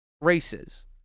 races